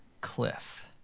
Cliff